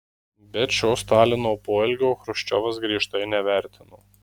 bet šio stalino poelgio chruščiovas griežtai nevertino